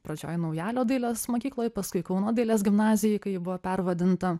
pradžioj naujalio dailės mokykloj paskui kauno dailės gimnazijoj kai ji buvo pervadinta